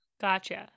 Gotcha